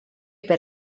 per